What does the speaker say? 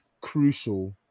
crucial